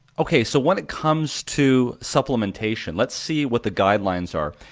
okay, so when it comes to supplementation, let's see what the guidelines are.